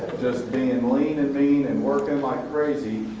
being lean and mean and working like crazy.